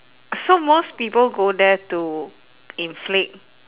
so most people go there to inflict